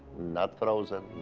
not frozen,